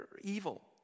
evil